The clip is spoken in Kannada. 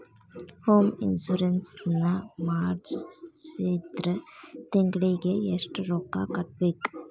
ಹೊಮ್ ಇನ್ಸುರೆನ್ಸ್ ನ ಮಾಡ್ಸಿದ್ರ ತಿಂಗ್ಳಿಗೆ ಎಷ್ಟ್ ರೊಕ್ಕಾ ಕಟ್ಬೇಕ್?